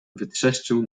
wytrzeszczył